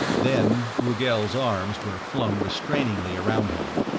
then rugel's arms were flung restrainingly around him,